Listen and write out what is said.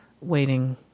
waiting